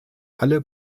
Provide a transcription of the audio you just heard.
alle